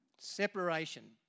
Separation